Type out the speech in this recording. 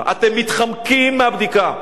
אתם מתחמקים מהבדיקה.